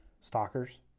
stalkers